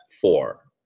four